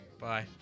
Bye